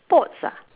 sports ah